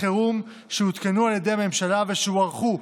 חירום שהותקנו על ידי הממשלה ושהוארכו,